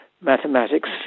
mathematics